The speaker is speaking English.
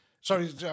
Sorry